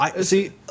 See